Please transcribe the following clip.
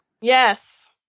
Yes